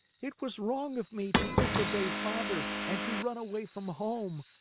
it was wrong of me to disobey father and to run away from home.